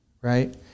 right